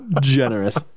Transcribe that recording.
Generous